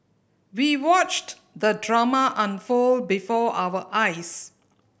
we watched the drama unfold before our eyes